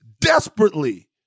desperately